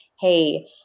Hey